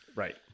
Right